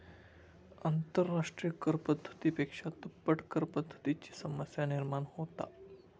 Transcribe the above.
आंतरराष्ट्रिय कर पद्धती पेक्षा दुप्पट करपद्धतीची समस्या निर्माण होता